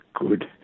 good